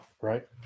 right